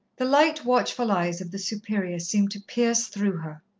the light, watchful eyes of the superior seemed to pierce through her.